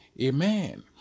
amen